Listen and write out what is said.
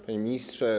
Panie Ministrze!